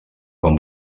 quan